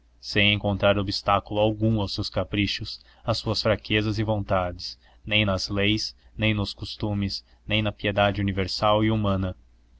sem encontrar obstáculo algum aos seus caprichos às suas fraquezas e vontades nem nas leis nem nos costumes nem na piedade universal e humana